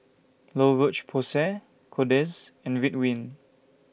La Roche Porsay Kordel's and Ridwind